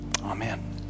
Amen